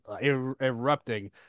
erupting